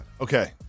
okay